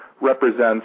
represents